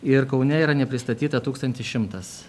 ir kaune yra nepristatyta tūkstantis šimtas